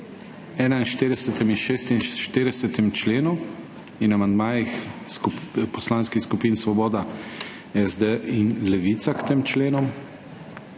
46. členu in amandmajih poslanskih skupin Svoboda, SD in Levica k tem členom?